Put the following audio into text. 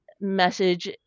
message